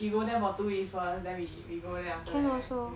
she go there for two weeks first then we we go there after that right